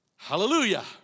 Hallelujah